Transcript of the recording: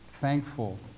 thankful